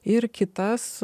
ir kitas